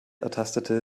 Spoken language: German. ertastete